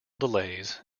delays